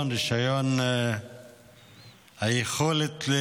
הרישיון והיכולת של